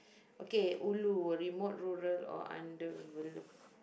okay ulu a remote rural or under rural